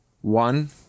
One